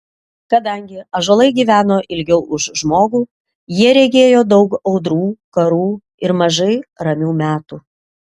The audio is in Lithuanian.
kadangi ąžuolai gyveno ilgiau už žmogų jie regėjo daug audrų karų ir mažai ramių metų